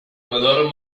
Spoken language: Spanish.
color